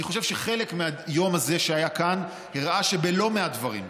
אני חושב שחלק מהיום הזה שהיה כאן הראה שבלא מעט דברים,